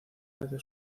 desde